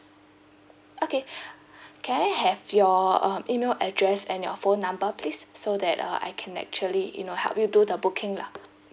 okay can I have your um email address and your phone number please so that uh I can actually you know help you do the booking lah